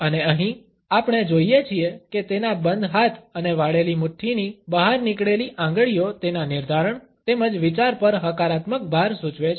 અને અહીં આપણે જોઈએ છીએ કે તેના બંધ હાથ અને વાળેલી મુઠ્ઠીની બહાર નીકળેલી આંગળીઓ તેના નિર્ધારણ તેમજ વિચાર પર હકારાત્મક ભાર સૂચવે છે